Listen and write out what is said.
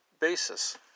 basis